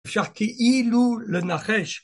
אפשר להגיד לו לנחש.